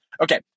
Okay